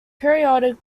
periodic